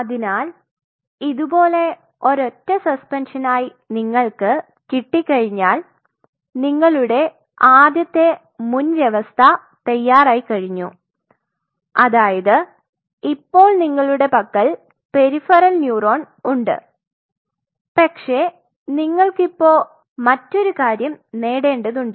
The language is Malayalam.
അതിനാൽ ഇതുപോലെ ഒരൊറ്റ സസ്പെൻഷനിൽ നിങ്ങൾക്ക് കിട്ടിക്കഴിഞ്ഞാൽ നിങ്ങളുടെ ആദ്യത്തെ മുൻവ്യവസ്ഥ തയ്യാറായിക്കഴിഞ്ഞു അതായത് ഇപ്പോൾ നിങ്ങളുടെ പക്കൽ പെരിഫറൽ ന്യൂറോൺ ഉണ്ട് പക്ഷേ നിങ്ങൾക് ഇപ്പൊ മറ്റൊരു കാര്യം നേടേണ്ടതുണ്ട്